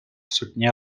soutenir